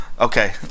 okay